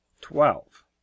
twelve